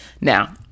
now